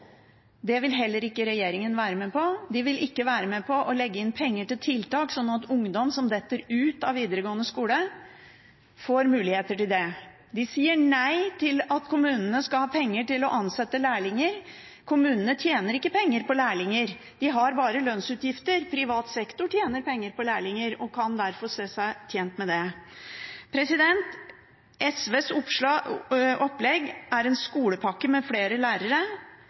det vil regjeringen være med på. De vil ikke være med på å legge inn penger til tiltak, slik at ungdom som faller ut av videregående skole, får muligheter. De sier nei til at kommunene skal ha penger til å ansette lærlinger. Kommunene tjener ikke penger på lærlinger, de har bare lønnsutgifter. Privat sektor tjener penger på lærlinger og kan derfor se seg tjent med det. SVs opplegg er en skolepakke med flere lærere,